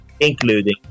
including